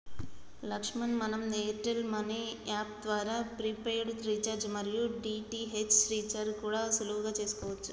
లక్ష్మణ్ మనం Airtel money app ద్వారా prepaid recharge మరియు డి.టి.హెచ్ రీఛార్జి కూడా సులువుగా చేసుకోవచ్చు